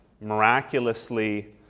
miraculously